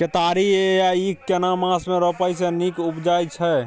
केतारी या ईख केना मास में रोपय से नीक उपजय छै?